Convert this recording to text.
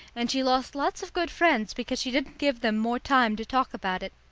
and she lost lots of good friends because she didn't give them more time to talk about it.